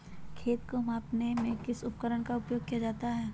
खेत को मापने में किस उपकरण का उपयोग किया जाता है?